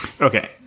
Okay